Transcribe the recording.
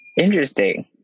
interesting